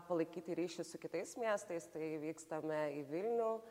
palaikyti ryšį su kitais miestais tai vykstame į vilnių